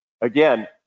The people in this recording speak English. again